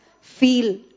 feel